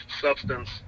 substance